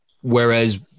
Whereas